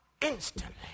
instantly